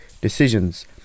decisions